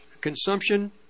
consumption